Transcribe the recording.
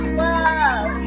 love